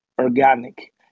organic